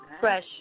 Fresh